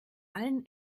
allen